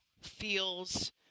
feels